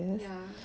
ya